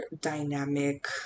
dynamic